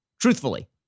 truthfully